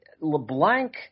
LeBlanc